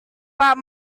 pak